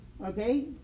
Okay